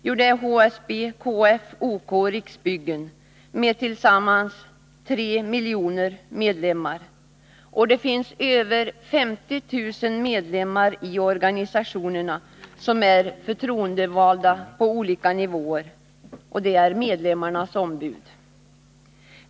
Jo, det är HSB, KF, OK och Riksbyggen med tillsammans tre miljoner medlemmar. Det finns över 50 000 medlemmar i organisationerna som är förtroendevalda på olika nivåer — de är medlemmarnas ombud.